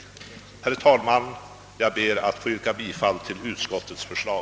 Herr talman! Jag ber att få yrka bifall till utskottets förslag.